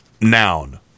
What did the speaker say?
Noun